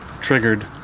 triggered